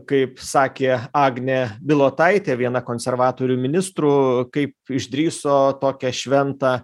kaip sakė agnė bilotaitė viena konservatorių ministrų kaip išdrįso tokią šventą